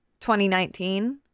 2019